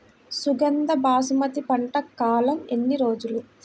సుగంధ బాసుమతి పంట కాలం ఎన్ని రోజులు?